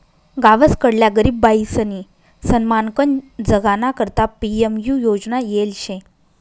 गावसकडल्या गरीब बायीसनी सन्मानकन जगाना करता पी.एम.यु योजना येल शे